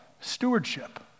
stewardship